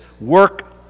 work